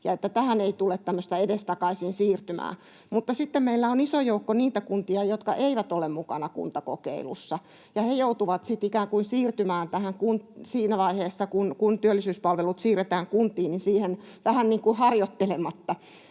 tämmöistä edestakaisin siirtymää, mutta sitten meillä on iso joukko niitä kuntia, jotka eivät ole mukana kuntakokeilussa, ja ne joutuvat sitten siirtymään tähän, siinä vaiheessa kun työllisyyspalvelut siirretään kuntiin, vähän niin kuin harjoittelematta.